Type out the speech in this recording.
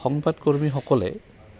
সংবাদকৰ্মীসকলে